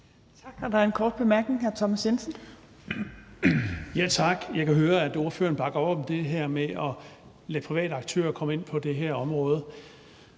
Tak. Der er en kort bemærkning fra hr. Thomas Jensen. Kl. 18:11 Thomas Jensen (S): Tak. Jeg kan høre, at ordføreren bakker op om det her med at lade private aktører komme ind på det her område.